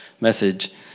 message